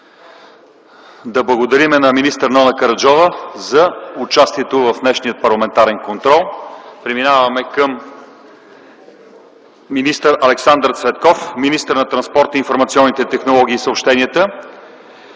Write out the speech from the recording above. Да благодарим на министър Нона Караджова за участието в днешния парламентарен контрол. Преминаваме към министър Александър Цветков - министър на транспорта, информационните технологии и съобщенията.